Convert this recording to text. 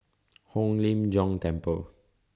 Hong Lim Jiong Temple